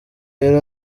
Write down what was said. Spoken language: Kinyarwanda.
yari